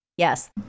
Yes